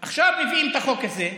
עכשיו, מביאים את החוק הזה.